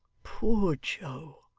poor joe